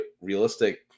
realistic